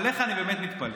עליך אני באמת מתפלא.